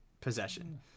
possession